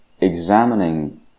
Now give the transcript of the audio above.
examining